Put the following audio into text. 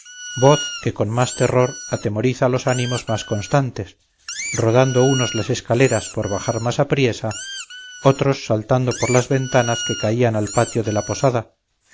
voz que con más terror atemoriza los ánimos más constantes rodando unos las escaleras por bajar más apriesa otros saltando por las ventanas que caían al patio de la posada